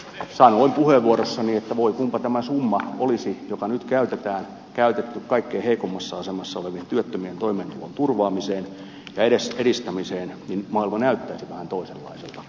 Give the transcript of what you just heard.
sanoin puheenvuorossani että voi kunpa tämä summa joka nyt käytetään olisi käytetty kaikkein heikoimmassa asemassa olevien työttömien toimeentulon turvaamiseen tai edes edistämiseen niin maailma näyttäisi vähän toisenlaiselta